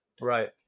right